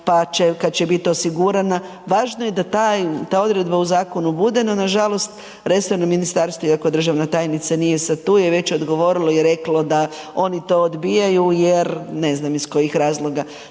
kad će bit osigurana, važno je da taj, ta odredba u zakonu bude, no na žalost resorno ministarstvo, iako državna tajnica nije sad tu, je već odgovorilo i reklo da oni to odbijaju jer ne znam iz kojih razloga.